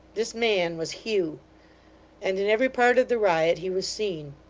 this man was hugh and in every part of the riot, he was seen.